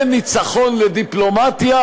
זה ניצחון לדיפלומטיה,